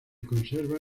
conserva